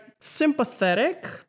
sympathetic